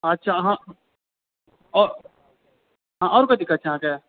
अच्छा अहाँ और कोइ दिक्कत छै अहाँके